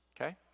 okay